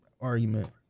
argument